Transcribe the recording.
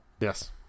Yes